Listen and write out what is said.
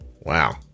Wow